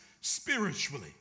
spiritually